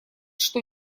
что